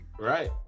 Right